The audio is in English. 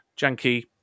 janky